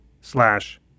slash